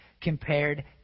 compared